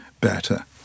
better